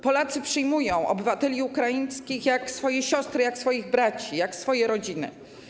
Polacy przyjmują obywateli ukraińskich jak swoje siostry, jak swoich braci, jak swoje rodziny.